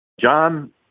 John